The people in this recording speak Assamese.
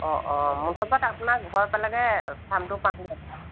অঁ অঁ মুঠৰ ওপৰত আপোনাৰ ঘৰ পালেগৈ ফাৰ্মটো পাম